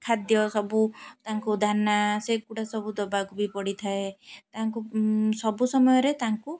ଖାଦ୍ୟ ସବୁ ତାଙ୍କୁ ଦାନା ସେଗୁଡ଼ା ସବୁ ଦେବାକୁ ବି ପଡ଼ିଥାଏ ତାଙ୍କୁ ସବୁ ସମୟରେ ତାଙ୍କୁ